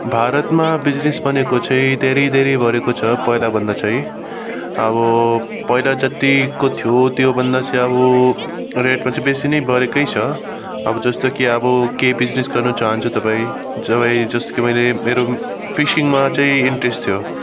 भारतमा बिजिनेस भनेको चाहिँ धेरै धेरै बढेको छ पहिलाभन्दा चाहिँ अब पहिला जतिको थियो त्योभन्दा चाहिँ अब रेटमा चाहिँ बेसी नै बढेकै छ अब जस्तो कि अब के बिजिनेस गर्न चाहन्छ तपाईँ तपाईँ जस्तो कि मैले मेरो फिसिङमा चाहिँ इन्ट्रेस्ट थियो